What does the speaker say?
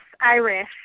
Irish